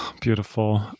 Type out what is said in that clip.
Beautiful